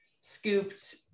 scooped